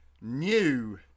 new